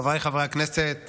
חבריי חברי הכנסת,